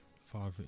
Father